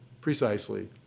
precisely